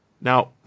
Now